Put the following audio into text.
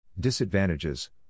Disadvantages